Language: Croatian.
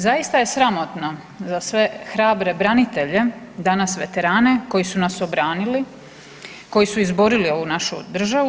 Zaista je sramotno za sve hrabre branitelje, danas veterane koji su nas obranili, koji su izborili ovu našu državu.